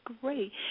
great